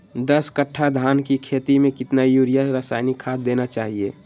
दस कट्टा धान की खेती में कितना यूरिया रासायनिक खाद देना चाहिए?